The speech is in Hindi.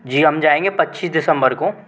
जी हम जाएंगे पच्चीस दिसंबर को